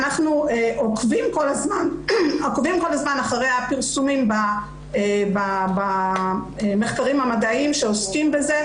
אנחנו עוקבים כל הזמן אחרי הפרסומים במחקרים המדעיים שעוסקים בזה,